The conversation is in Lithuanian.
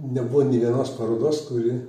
nebuvo nė vienos parodos kuri